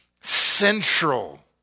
central